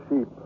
sheep